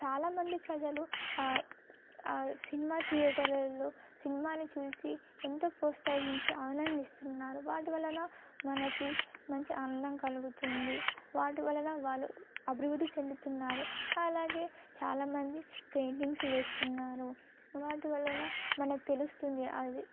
చాలామంది ప్రజలు సినిమా థియేటర్లలో సినిమాని చూసి ఎంతో ప్రోత్సహించి ఆనందిస్తున్నారు వాటి వలన మనకి మంచి ఆనందం కలుగుతుంది వాటి వలన వాళ్ళు అభివృద్ధి చెందుతున్నారు అలాగే చాలామంది పెయింటింగ్స్ వేస్తున్నారు వాటి వలన మనకు తెలుస్తుంది అది